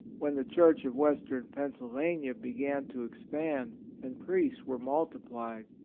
when the church of western pennsylvania began to ex pand and priests were multiplied.